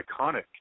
iconic